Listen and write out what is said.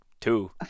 two